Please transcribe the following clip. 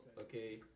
Okay